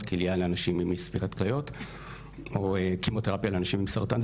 כליה לאנשים עם אי ספיקת כליות או כימותרפיה לאנשים חולי סרטן.